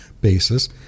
basis